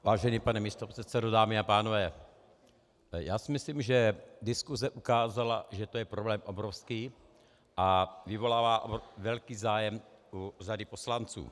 Vážený pane místopředsedo, dámy a pánové, já si myslím, že diskuze ukázala, že to je problém obrovský a vyvolává velký zájem u řady poslanců.